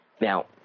Now